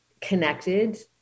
connected